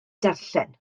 darllen